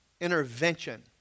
intervention